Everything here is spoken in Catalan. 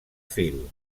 fil